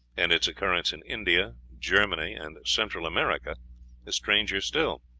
and its occurrence in india, germany, and central america is stranger still.